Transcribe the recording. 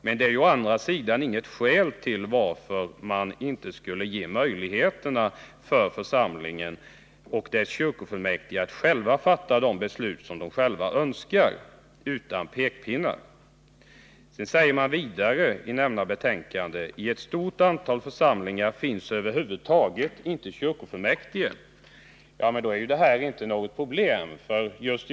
Men det är å andra sidan inget skäl till att inte ge församlingen och dess kyrkofullmäktige möjligheter att utan pekpinnar fatta de beslut som de själva önskar. Vidare sägs i betänkandet: ”I ett stort antal församlingar finns över huvud taget inte kyrkofullmäktige.” Men i sådana fall är detta inte något problem.